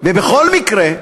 ובכל מקרה,